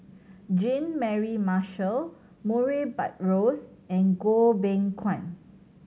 Jean Mary Marshall Murray Buttrose and Goh Beng Kwan